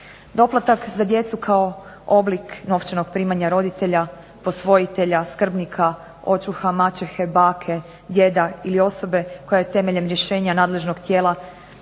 Doplatak za djecu kao oblik novčanog primanja roditelja, posvojitelja, skrbnika, očuha, maćehe, bake, djeda ili osobe koja je temeljem rješenja nadležnog tijela